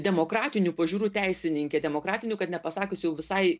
demokratinių pažiūrų teisininkė demokratinių kad nepasakius jau visai